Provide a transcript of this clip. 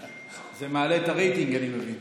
זה מעלה את הרייטינג, אני מבין.